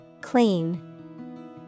Clean